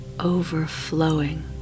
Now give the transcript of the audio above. overflowing